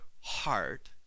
heart